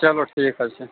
چلو ٹھیٖک حظ چھُ